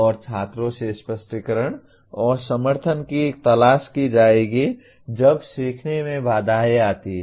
और छात्रों से स्पष्टीकरण और समर्थन की तलाश की जाएगी जब सीखने में बाधाएं आती हैं